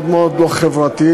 מאוד מאוד לא חברתית,